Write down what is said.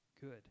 good